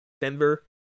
Denver